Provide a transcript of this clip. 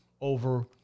over